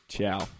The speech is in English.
Ciao